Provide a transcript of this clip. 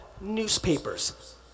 newspapers